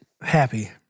Happy